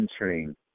entering